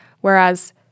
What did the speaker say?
whereas